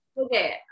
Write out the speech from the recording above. Okay